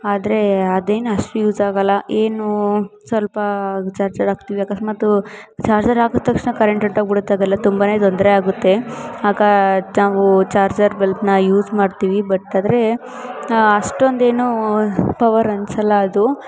ಆದ್ರೆ ಅದೇನೂ ಅಷ್ಟು ಯೂಸಾಗೋಲ್ಲ ಏನೋ ಸ್ವಲ್ಪ ಚಾರ್ಜರ್ ಹಾಕ್ತೀವಿ ಅಕಸ್ಮಾತ್ ಚಾರ್ಜರ್ ಹಾಕುದ್ ತಕ್ಷಣ ಕರೆಂಟ್ ಹೊಂಟೋಗಿ ಬಿಡುತ್ ಅದೆಲ್ಲ ತುಂಬ ತೊಂದರೆ ಆಗುತ್ತೆ ಆಗ ನಾವೂ ಚಾರ್ಜರ್ ಬಲ್ಪ್ನ ಯೂಸ್ ಮಾಡ್ತೀವಿ ಬಟ್ ಆದ್ರೆ ಅಷ್ಟೊಂದು ಏನೂ ಪವರ್ ಅನ್ಸೋಲ್ಲ ಅದು